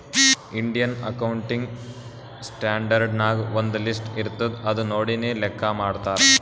Indian accounting standard ನಾಗ್ ಒಂದ್ list ಇರ್ತುದ್ ಅದು ನೋಡಿನೇ ಲೆಕ್ಕಾ ಮಾಡ್ತಾರ್